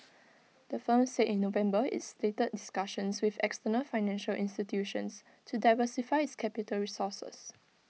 the firm said in November it's stated discussions with external financial institutions to diversify its capital resources